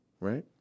right